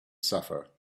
suffer